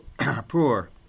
poor